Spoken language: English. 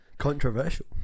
Controversial